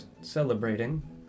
celebrating